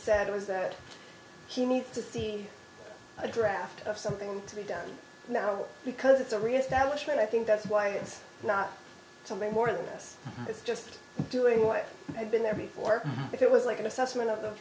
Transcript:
said was that he moved to a draft of something to be done now because it's a reestablishment i think that's why it's not something more than this it's just doing what i've been there before it was like an assessment of